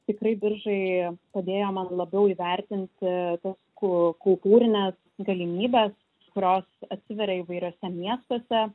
tikrai biržai padėjo man labiau įvertinti tas ku kultūrines galimybes kurios atsiveria įvairiuose miestuose